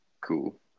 Cool